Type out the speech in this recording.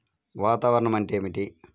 వాతావరణం అంటే ఏమిటి?